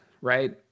right